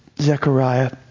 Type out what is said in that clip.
Zechariah